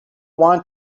want